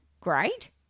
great